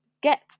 get